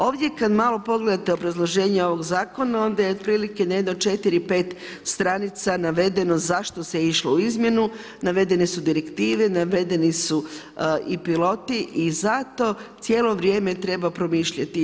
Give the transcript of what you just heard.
Ovdje kad malo pogledate obrazloženje ovog zakona onda je otprilike na jedno četiri, pet stranica navedeno zašto se išlo u izmjenu, navedene su direktive, navedeni su i piloti i zato cijelo vrijeme treba promišljati.